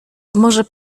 może